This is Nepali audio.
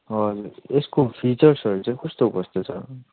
हजुर यसको फिचर्सहरू चाहिँ कस्तो कस्तो छ